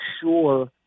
sure